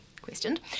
questioned